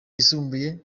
yisumbuye